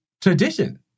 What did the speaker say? tradition